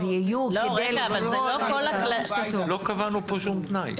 יהיו כדי --- לא קבענו פה שום תנאי.